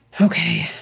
Okay